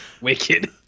Wicked